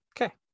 Okay